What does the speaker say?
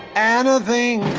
and